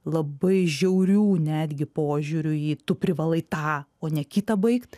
labai žiaurių netgi požiūrių tu privalai tą o ne kitą baigt